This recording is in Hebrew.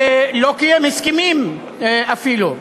ולא קיים הסכמים אפילו.